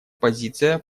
позиция